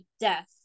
death